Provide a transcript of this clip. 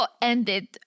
ended